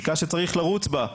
בדיקה שצריך לרוץ בה,